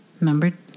Number